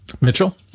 Mitchell